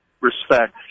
respect